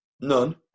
None